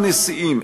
תשעה נשיאים,